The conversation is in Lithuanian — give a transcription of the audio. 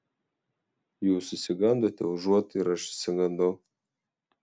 jūs išsigandote užuot ir aš išsigandau